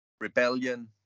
rebellion